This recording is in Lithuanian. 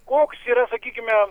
koks yra sakykime